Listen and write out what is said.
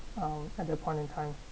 um at the point in time